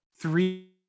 three